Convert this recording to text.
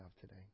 today